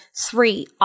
Three